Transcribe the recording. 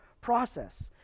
process